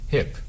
Hip